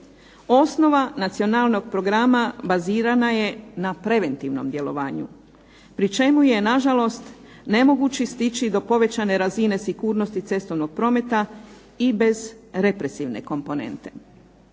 Osnova nacionalnog programa bazirana je na preventivnom djelovanju, pri čemu je nažalost nemoguće stići do povećane razine sigurnosti cestovnog prometa i bez represivne komponente.